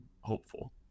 hopeful